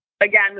again